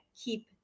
keep